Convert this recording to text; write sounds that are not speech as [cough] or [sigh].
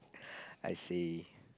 [noise] I see